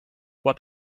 what